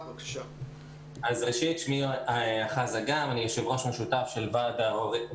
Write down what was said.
אז אני כן ארצה לדבר ממש בשני משפטים על עמדת ההורים